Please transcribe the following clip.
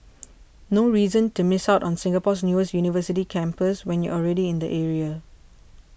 no reason to miss out on Singapore's newest university campus when you're already in the area